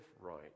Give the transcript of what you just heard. right